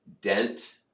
dent